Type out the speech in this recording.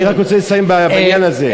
אני רק רוצה לסיים בעניין הזה.